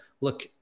look